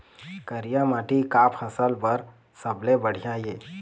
करिया माटी का फसल बर सबले बढ़िया ये?